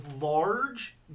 large